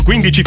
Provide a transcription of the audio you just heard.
15